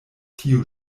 tio